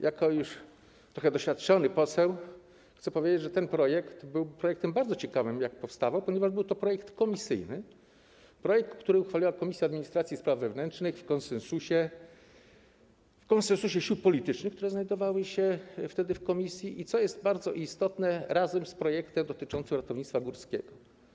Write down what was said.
Jako już trochę doświadczony poseł chcę powiedzieć, że to był projekt bardzo ciekawy, jak powstawał, ponieważ był to projekt komisyjny, który uchwaliła Komisja Administracji i Spraw Wewnętrznych w konsensusie sił politycznych, które znajdowały się wtedy w komisji, i co jest bardzo istotne, razem z projektem dotyczącym ratownictwa górskiego.